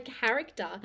character